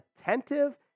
attentive